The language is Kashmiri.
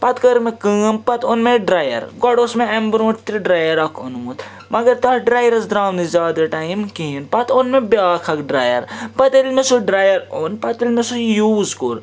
پَتہٕ کٔر مےٚ کٲم پَتہٕ اوٚن مےٚ ڈرٛایَر گۄڈٕ اوس مےٚ اَمہِ برٛونٛٹھ تہِ ڈرٛایَر اَکھ اوٚنمت و مگر تَتھ ڈرٛایرَس درٛاو نہٕ زیادٕ ٹایم کِہیٖنۍ پَتہٕ اوٚن مے بیٛاکھ اَکھ ڈرٛایَر پَتہٕ ییٚلہِ مےٚ سُہ ڈرٛایَر اوٚن پَتہٕ ییٚلہِ مےٚ سُہ یوٗز کوٚر